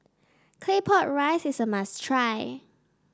Claypot Rice is a must try